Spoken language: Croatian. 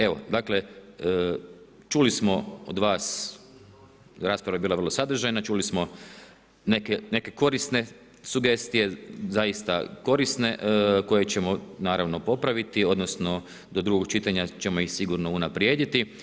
Evo dakle čuli smo od vas, rasprava je bila vrlo sadržajna, čuli smo neke korisne sugestije, zaista korisne koje ćemo naravno popraviti, odnosno do drugog čitanja ćemo ih sigurno unaprijediti.